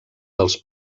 dels